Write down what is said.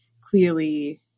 clearly